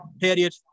period